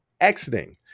exiting